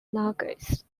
nagas